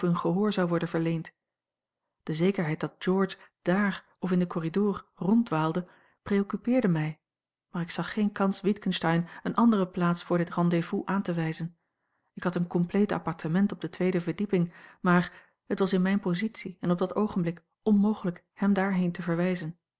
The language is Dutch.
zou worden verleend de zekerheid dat george dààr of in den corridor ronddwaalde preoccupeerde mij maar ik zag geen kans witgensteyn eene andere plaats voor dit rendez-vous aan te wijzen ik had een compleet appartement op de tweede verdieping maar het was in mijne positie en op dat oogenblik onmogelijk hem daarheen te verwijzen